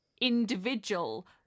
individual